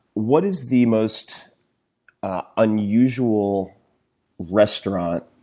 what is the most unusual restaurant,